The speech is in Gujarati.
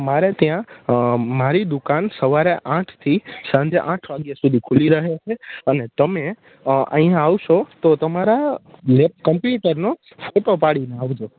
મારે ત્યાં મારી દુકાન સવારે આઠથી સાંજે આઠ વાગ્યા સુધી ખૂલી રહે છે અને તમે અહીંયા આવશો તો તમારા કમ્પ્યુટરનો ફોટો પાડીને આવજો